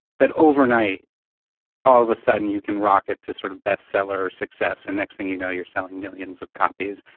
that overnight all of a sudden you can rocket to sort of bestseller or success, and next thing you know you're selling millions of copies.